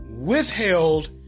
withheld